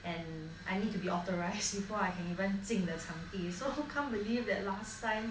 and I need to be authorized before I can even 进的场地 so can't believe that last time